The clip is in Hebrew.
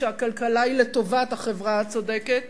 כשהכלכלה היא לטובת החברה הצודקת,